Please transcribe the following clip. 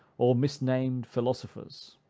or misnamed philosophers.